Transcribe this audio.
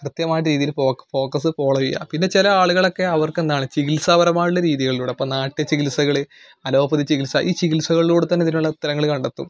കൃത്യമായിട്ട് രീതിയിൽ ഫോ ഫോക്കസ് ഫോളോ ചെയ്യുക പിന്നെ ചില ആളുകൾ ഒക്കെ അവർക്കെന്താണ് ചികിത്സാപരമായിട്ടുള്ള രീതികളിലൂടെ ഇപ്പം നാട്ടിൽ ചികിത്സകൾ അലോപ്പതി ചികിത്സ ഈ ചികിത്സകളിലൂടെ തന്നെ ഇതിനുള്ള ഉത്തരങ്ങൾ കണ്ടെത്തും